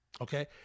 Okay